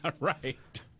Right